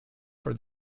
for